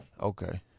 Okay